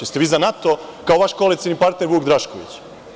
Jeste vi za NATO kao vaš koalicioni partnere Vuk Drašković?